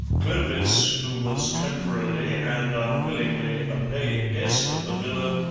clovis, who was temporarily and unwillingly a paying guest at the villa,